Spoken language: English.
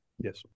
Yes